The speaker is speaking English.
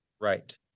right